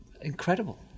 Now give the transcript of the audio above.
incredible